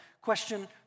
question